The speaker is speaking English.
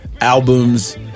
Albums